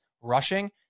rushing